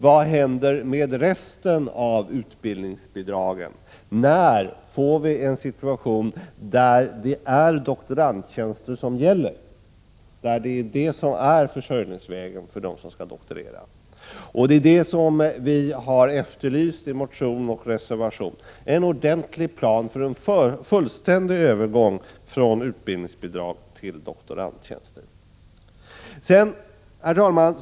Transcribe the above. Vad händer med resten av utbildningsbidragen? När får vi en situation där det är doktorandtjänster som gäller, dvs. när sådana blir försörjningsvägen för dem som skall doktorera. Vi har i motion och reservation efterlyst en ordentlig plan för en fullständig övergång från utbildningsbidrag till doktorandtjänster. Herr talman!